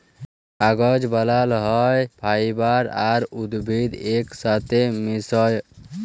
কাগজ বালাল হ্যয় ফাইবার আর উদ্ভিদ ইকসাথে মিশায়